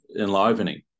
enlivening